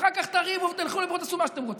אחר כך תריבו, תלכו ותעשו מה שאתם רוצים.